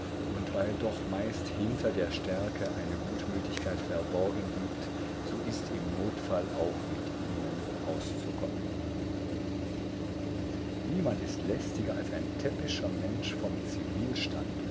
und weil doch meist hinter der stärke eine gutmütigkeit verborgen liegt so ist im notfall auch mit ihnen auszukommen niemand ist lästiger als ein täppischer mensch vom